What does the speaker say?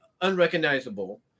unrecognizable